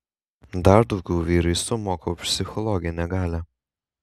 dar daugiau vyrai sumoka už psichologinę galią